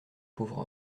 pauvre